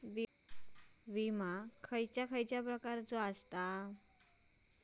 विमा कसल्या कसल्या प्रकारचो असता?